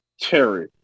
Terry